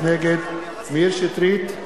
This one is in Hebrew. נגד מאיר שטרית,